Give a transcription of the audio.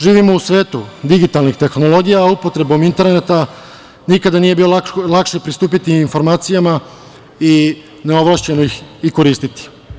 Živimo u svetu digitalnih tehnologija, a upotrebom interneta nikada nije bilo lakše pristupiti informacija i neovlašćeno ih koristiti.